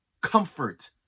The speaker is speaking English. comfort